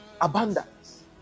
abundance